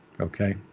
Okay